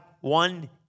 one